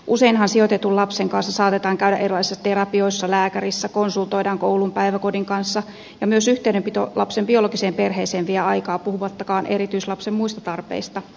useinhan sijoitetun lapsen kanssa saatetaan käydä erilaisissa terapioissa lääkärissä konsultoidaan koulun päiväkodin kanssa ja myös yhteydenpito lapsen biologiseen perheeseen vie aikaa puhumattakaan erityislapsen muista tarpeista